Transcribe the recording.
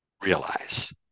realize